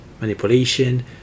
manipulation